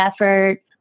effort